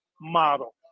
model